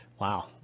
Wow